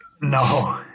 No